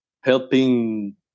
helping